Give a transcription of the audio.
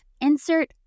insert